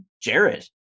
jared